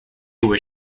were